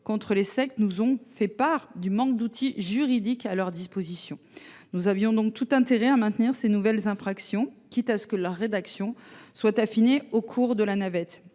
contre les sectes nous ont fait part du manque d’outils juridiques à leur disposition. Nous avons donc intérêt à adopter ces nouvelles infractions, quitte à affiner la rédaction de l’article au cours de la navette.